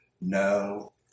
no